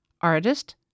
artist